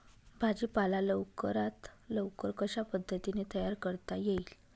भाजी पाला लवकरात लवकर कशा पद्धतीने तयार करता येईल?